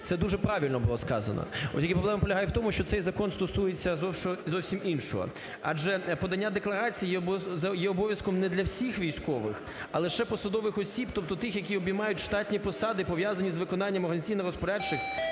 Це дуже правильно було сказано. От тільки проблема полягає в тому, що цей закон стосується зовсім іншого. Адже подання декларації є обов'язком не для всіх військових, а лише посадових осіб, тобто тих, які обіймають штатні посади, пов'язані з виконанням організаційно-розпорядчих